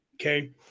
Okay